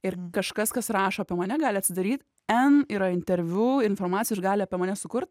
ir kažkas kas rašo apie mane gali atsidaryt en yra interviu informacijos gali apie mane sukurt